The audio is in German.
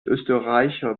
österreicher